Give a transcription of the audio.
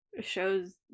shows